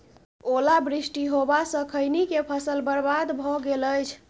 ओला वृष्टी होबा स खैनी के फसल बर्बाद भ गेल अछि?